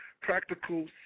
practical